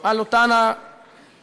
על אותם הגופים